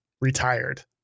retired